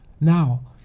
now